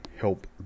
help